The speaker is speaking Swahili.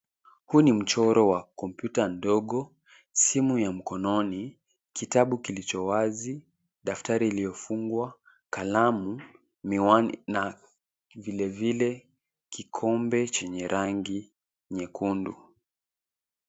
Huu ni mchoro wa kompyuta ndogo, simu ya mkononi, kitabu kilicho wazi, daftari iliyofungwa, kalamu, miwani na vilevile kikombe chenye rangi nyekundu.